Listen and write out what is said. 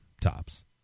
Tops